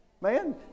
Man